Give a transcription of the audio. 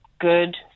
good